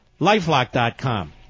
LifeLock.com